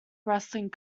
wrestling